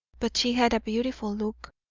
but she had a beautiful look,